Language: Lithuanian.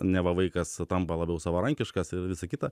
neva vaikas tampa labiau savarankiškas ir visa kita